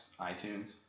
iTunes